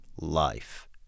life